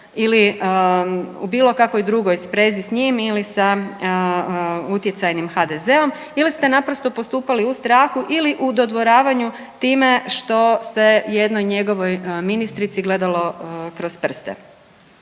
ili u bilo kakvoj drugoj sprezi s njim ili sa utjecajnim HDZ-om ili ste naprosto postupali u starahu ili u dodvoravanju time što se jednoj njegovoj ministrici gledalo kroz prste.